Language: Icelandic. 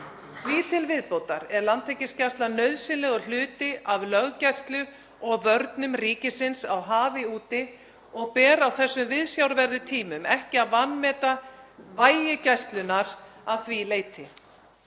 Því til viðbótar er Landhelgisgæslan nauðsynlegur hluti af löggæslu og vörnum ríkisins á hafi úti og ber á þessum viðsjárverðu tímum að vanmeta ekki vægi Gæslunnar að því leyti.